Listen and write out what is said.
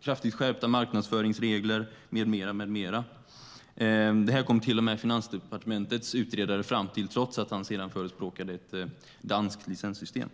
kraftigt skärpta marknadsföringsregler med mera. Det kom till och med Finansdepartementets utredare fram till trots att han sedan förespråkade ett danskt licenssystem.